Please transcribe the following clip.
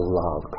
love